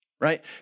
right